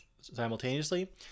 simultaneously